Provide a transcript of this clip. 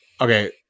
Okay